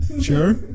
Sure